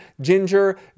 ginger